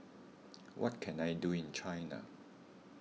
what can I do in China